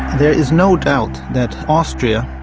there is no doubt that austria,